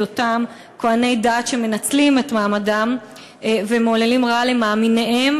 אותם כוהני דת שמנצלים את מעמדם ומעוללים רעה למאמיניהם,